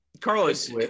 Carlos